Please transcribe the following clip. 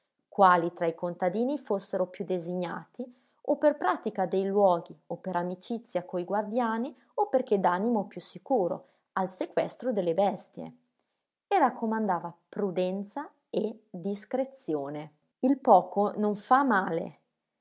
quali tra i contadini fossero più designati o per pratica dei luoghi o per amicizia coi guardiani o perché d'animo più sicuro al sequestro delle bestie e raccomandava prudenza e discrezione il poco non fa male